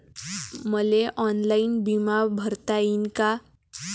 मले ऑनलाईन बिमा भरता येईन का?